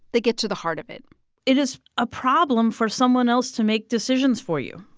they get to the heart of it it is a problem for someone else to make decisions for you,